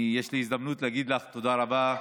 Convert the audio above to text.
יש לי הזדמנות להגיד לך תודה רבה.